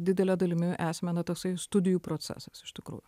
didele dalimi esame na tasai studijų procesas iš tikrųjų